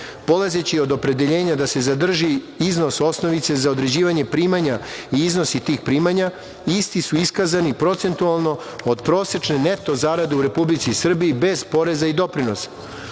Polazeći od opredeljenja da se zadrži iznos osnovice za određivanje primanja i iznosi tih primanja, isti su iskazani procentualno od prosečne neto zarade u Republici Srbiji, bez poreza i doprinosa.